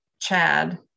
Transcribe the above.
Chad